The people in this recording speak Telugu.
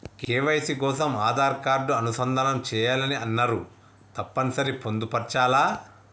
కే.వై.సీ కోసం ఆధార్ కార్డు అనుసంధానం చేయాలని అన్నరు తప్పని సరి పొందుపరచాలా?